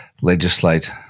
legislate